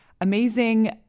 amazing